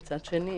ומצד שני,